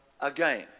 again